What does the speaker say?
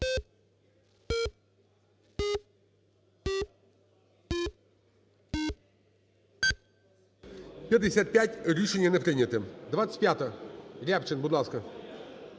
За-55 Рішення не прийнято. 25-а, Рябчин. Будь ласка.